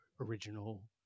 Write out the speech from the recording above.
original